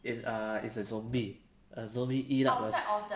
it's uh it's a zombie ah a zombie eat up a s~